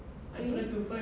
really